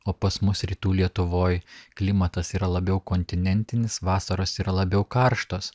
o pas mus rytų lietuvoj klimatas yra labiau kontinentinis vasaros yra labiau karštos